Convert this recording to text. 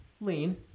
lean